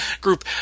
group